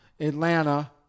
Atlanta